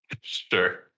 Sure